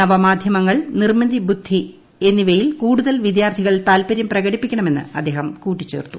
നവ മാധ്യമങ്ങൾ നിർമിത ബുദ്ധി എന്നിവയിൽ കൂടുതൽ വിദ്യാർത്ഥികൾ താൽപര്യം പ്രകടിപ്പിക്കണമെന്ന് അദ്ദേഹം കൂട്ടിച്ചേർത്തു